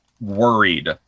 worried